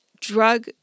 drug